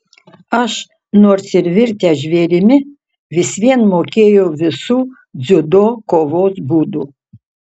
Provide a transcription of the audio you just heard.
aš nors ir virtęs žvėrimi vis vien mokėjau visų dziudo kovos būdų